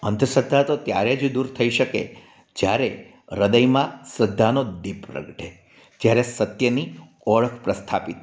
અંધશ્રદ્ધા તો ત્યારે જ દૂર થઈ શકે જ્યારે હ્દયમાં શ્રદ્ધાનો દીપ પ્રગટે જ્યારે સત્યની ઓળખ સ્થાપિત થાય